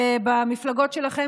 במפלגות שלכם,